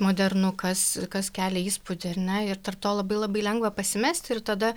modernu kas kas kelia įspūdį ar ne ir tarp to labai labai lengva pasimesti ir tada